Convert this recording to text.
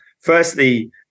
Firstly